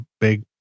big